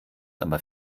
aber